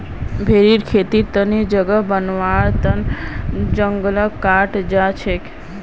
भेरीर खेतीर तने जगह बनव्वार तन जंगलक काटाल जा छेक